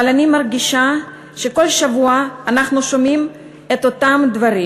אבל אני מרגישה שכל שבוע אנחנו שומעים את אותם דברים.